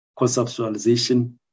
conceptualization